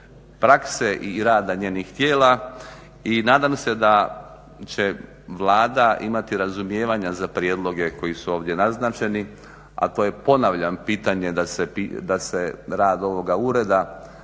prakse i rada njenih tijela i nadam se da će Vlada imati razumijevanja za prijedloge koji su ovdje naznačeni, a to je ponavljam pitanje da se rad ovoga ureda